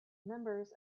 members